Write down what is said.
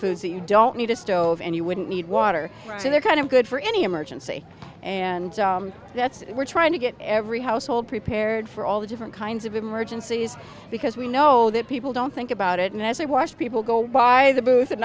foods that you don't need a stove and you wouldn't need water so they're kind of good for any emergency and that's we're trying to get every household prepared for all the different kinds of emergencies because we know that people don't think about it and as they watch people go by the booth and